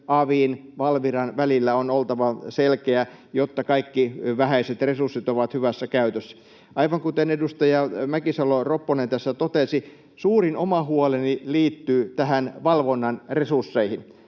avin ja Valviran välillä on oltava selkeä, jotta kaikki vähäiset resurssit ovat hyvässä käytössä. Aivan kuten edustaja Mäkisalo-Ropponen tässä totesi, suurin oma huoleni liittyy tähän valvonnan resursseihin.